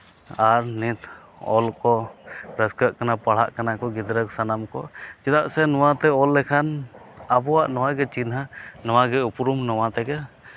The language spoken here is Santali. ᱟᱨ ᱱᱤᱛ ᱚᱞ ᱠᱚ ᱨᱟᱹᱥᱠᱟᱹᱜ ᱠᱟᱱᱟ ᱯᱟᱲᱦᱟᱜ ᱠᱟᱱᱟ ᱜᱤᱫᱽᱨᱟᱹ ᱥᱟᱱᱟᱢ ᱠᱚ ᱪᱮᱫᱟᱜ ᱥᱮ ᱱᱚᱣᱟᱛᱮ ᱚᱞ ᱞᱮᱠᱷᱟᱱ ᱟᱵᱚᱣᱟᱜ ᱱᱚᱣᱟᱜᱮ ᱪᱤᱱᱦᱟᱹ ᱱᱚᱣᱟᱜᱮ ᱩᱯᱨᱩᱢ ᱱᱚᱣᱟ ᱛᱮᱜᱮ